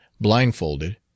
blindfolded